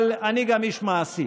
אבל אני גם איש מעשי,